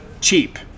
cheap